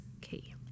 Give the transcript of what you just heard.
key